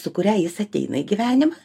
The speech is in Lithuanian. su kuria jis ateina į gyvenimą